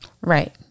Right